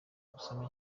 gusoma